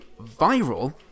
viral